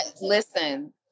Listen